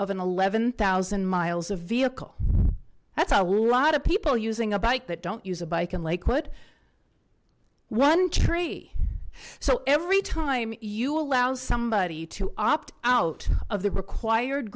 of an eleven thousand miles a vehicle that's a lot of people using a bike that don't use a bike and lakewood one tree so every time you allow somebody to opt out of the required